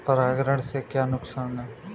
परागण से क्या क्या नुकसान हैं?